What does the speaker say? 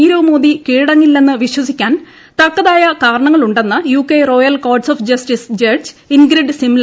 നീരവ് മോദി കീഴടങ്ങീളല്ല്ലെന്ന് വിശ്വസിക്കാൻ തക്കതായ കാരണങ്ങളുണ്ടെന്ന് UK Royal Courts of Justice judge Ingrid Simler പറഞ്ഞു